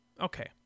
Okay